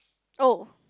oh